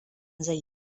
zai